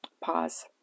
pause